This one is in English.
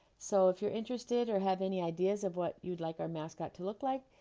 so if you're interested or have any ideas of what you'd like our mascot to look like,